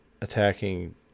attacking